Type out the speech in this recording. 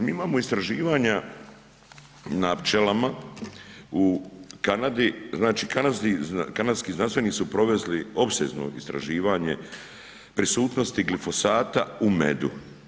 Mi imamo istraživanja na pčelama u Kanadi, znači kanadski znanstvenici su proveli opsežno istraživanje prisutnosti glifosata u medu.